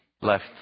left